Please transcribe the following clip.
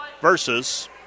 versus